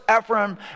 Ephraim